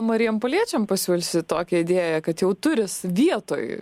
marijampoliečiam pasiūlysit tokią idėją kad jau turi vietoj